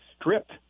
stripped